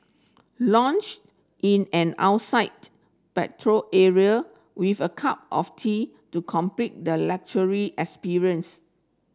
lounged in an outside patio area with a cup of tea to complete the luxury experience